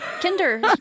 Kinder